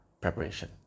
preparation